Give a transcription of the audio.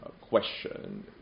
question